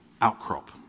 outcrop